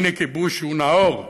הינה כיבוש שהוא נאור,